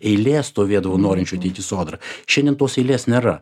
eilė stovėdavo norinčių ateit į sodrą šiandien tos eilės nėra